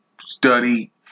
study